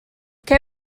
què